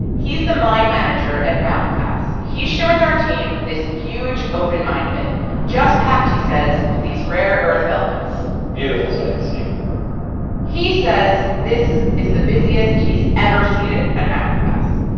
he's the mine manager at mountain pass. he's showing our team this huge open mine pit just packed, he says with these rare earth elements beautiful sight to see he says this is the busiest he's ever seen it at mountain pass.